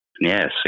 yes